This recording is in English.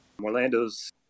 Orlando's